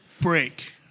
break